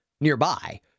nearby